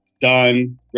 done